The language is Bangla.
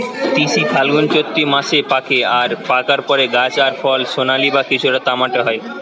তিসি ফাল্গুনচোত্তি মাসে পাকে আর পাকার পরে গাছ আর ফল সোনালী বা কিছুটা তামাটে হয়